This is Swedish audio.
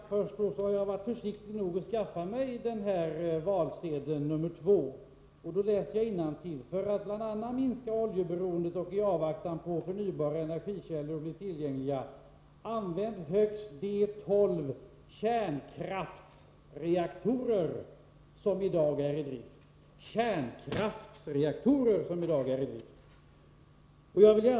Herr talman! För att återigen ta det sista först, vill jag säga att jag har varit försiktig nog att skaffa mig Linje 2:s valsedel, och jag läser där innantill: ”För att bl.a. minska oljeberoendet och i avvaktan på att förnybara energikällor blir tillgängliga används högst de 12 kärnkraftsreaktorer som i dag är i drift, färdiga eller under arbete.” Kärnkraftsreaktorer talas det alltså om där.